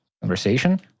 conversation